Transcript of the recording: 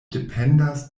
dependas